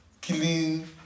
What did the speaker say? killing